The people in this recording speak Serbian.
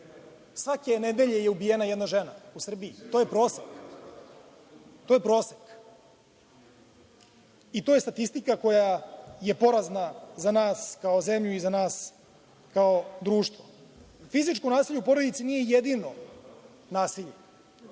svake nedelje je ubijena jedna žena u Srbiji. To je prosek i to je statistika koja je porazna za nas kao zemlju i za nas kao društvo. Fizičko nasilje u porodici nije jedino nasilje.